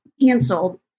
canceled